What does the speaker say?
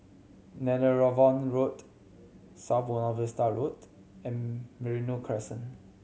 Netheravon Road South Buona Vista Road and Merino Crescent